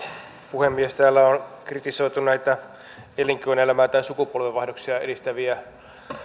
puhemies täällä on kritisoitu näitä elinkeinoelämää tai sukupolvenvaihdoksia edistäviä